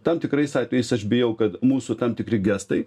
tam tikrais atvejais aš bijau kad mūsų tam tikri gestai